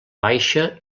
baixa